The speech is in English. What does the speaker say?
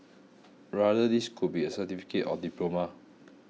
rather this could be a certificate or diploma